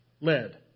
led